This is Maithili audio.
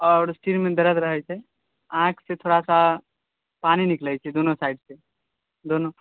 आओर सिरमे दरद रहै छै आँखिसॅं थोड़ा सा पानी निकलै छै दोनो साइडसॅं दोनो